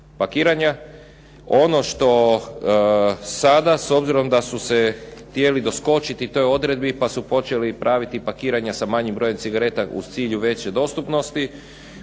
pakiranja. Ono što sa da s obzirom da su se htjeli doskočiti toj odredbi, pa su počeli praviti pakiranja sa manjim brojem cigareta u cilju veće dostupnosti,